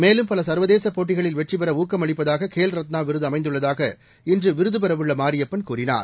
மேலும் பல சர்வதேச போட்டிகளில் வெற்றிபெற ஊக்கமளிப்பதாக கேல் ரத்னா விருது அமைந்துள்ளதாக இன்று விருது பெறவுள்ள மாரியப்பன் கூறினார்